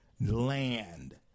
land